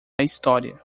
história